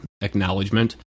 acknowledgement